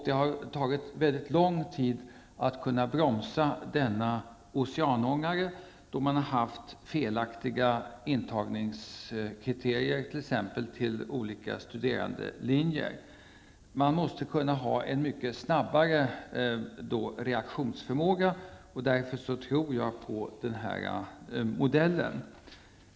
Det har tagit mycket lång tid att bromsa denna oceanångare, då intagningskriterierna har varit felaktiga, t.ex. till olika studerandelinjer. Reaktionsförmågan måste vara mycket snabbare, och därför tror jag på den här modellen.